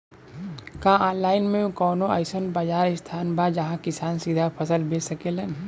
का आनलाइन मे कौनो अइसन बाजार स्थान बा जहाँ किसान सीधा फसल बेच सकेलन?